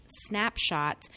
snapshot